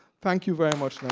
thank you very much,